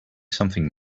something